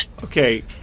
Okay